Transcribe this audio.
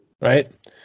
Right